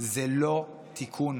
זה לא תיקון.